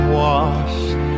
washed